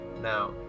Now